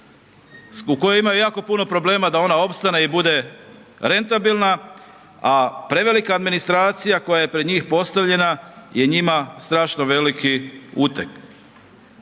u kojoj ima jako puno problema da ona opstane i bude rentabilna, a prevelika administracija koja je pred njih postavljena je njima strašno veliki uteg,